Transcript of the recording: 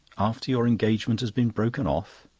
after your engagement has been broken off?